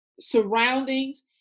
surroundings